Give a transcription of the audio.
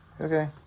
Okay